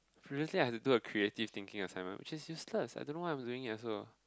previously I had to do a creative thinking assignment which is useless I don't know why I am doing it also